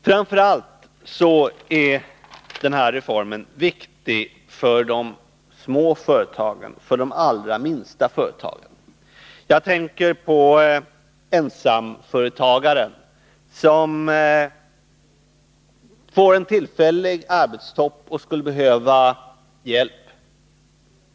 Framför allt är reformen viktig för de allra minsta företagen. Jag tänker på ensamföretagare som får en tillfällig arbetstopp och som då skulle behöva hjälp.